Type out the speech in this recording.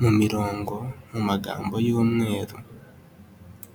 mu mirongo mu mu magambo y'umweru.